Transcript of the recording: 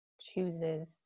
chooses